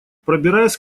пробираясь